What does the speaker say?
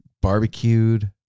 barbecued